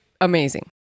Amazing